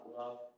love